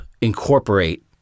incorporate